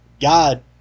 god